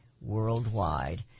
worldwide